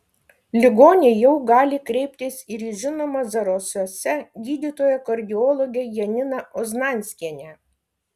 ligoniai jau gali kreiptis ir į žinomą zarasuose gydytoją kardiologę janina oznanskienę